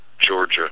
Georgia